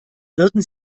würden